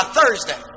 Thursday